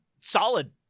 solid